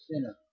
sinner